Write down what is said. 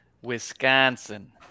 Wisconsin